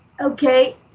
Okay